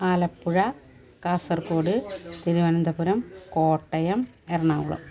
Alappuzha Kasaragod Thiruvananthapuram Kottayam Ernakulam